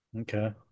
Okay